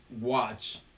watch